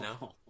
no